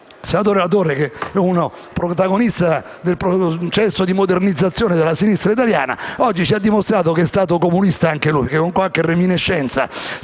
senatore Latorre, protagonista del processo di modernizzazione della sinistra italiana, oggi ci ha dimostrato che è stato comunista anche lui, perché, con qualche reminiscenza,